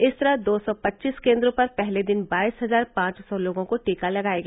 इस तरह दो सौ पच्चीस केंद्रों पर पहले दिन बाईस हजार पांच सौ लोगों को टीका लगाया गया